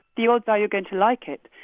the odds are you're going to like it.